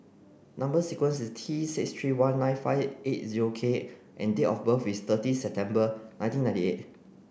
number sequence is T six three one nine five eight zero K and date of birth is thirty September nineteen ninety eight